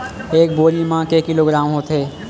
एक बोरी म के किलोग्राम होथे?